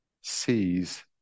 sees